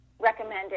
recommended